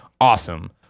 Awesome